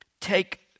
Take